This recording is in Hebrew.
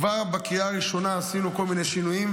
כבר בקריאה הראשונה עשינו כל מיני שינויים,